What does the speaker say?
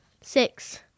Six